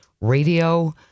radio